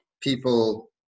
people